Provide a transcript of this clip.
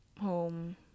home